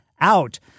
out